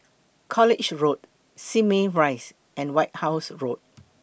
College Road Simei Rise and White House Road